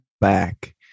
back